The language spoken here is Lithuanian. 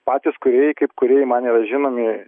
patys kurėjai kaip kūrėjai man yra žinomi